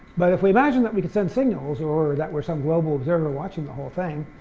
but if we imagine that we could send signals or that we're some global observer watching the whole thing,